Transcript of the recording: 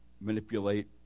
manipulate